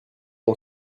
mon